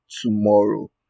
tomorrow